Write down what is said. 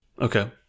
Okay